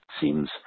seems